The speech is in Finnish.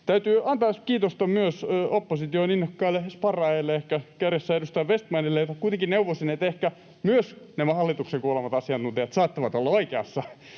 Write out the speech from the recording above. Täytyy antaa kiitosta myös opposition innokkaille sparraajille, ehkä kärjessä edustaja Vestmanille, jota kuitenkin neuvoisin, että ehkä myös nämä hallituksen kuulemat asiantuntijat saattavat olla oikeassa.